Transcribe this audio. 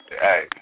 Hey